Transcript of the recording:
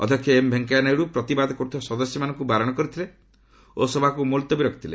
ଅଧ୍ୟକ୍ଷ ଏମ୍ ଭେଙ୍କେୟା ନାଇଡୁ ପ୍ରତିବାଦ କରୁଥିବା ସଦସ୍ୟମାନଙ୍କୁ ବାରଣ କରିଥିଲେ ଓ ସଭାକୁ ମୁଲତବୀ ରଖିଥିଲେ